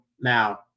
now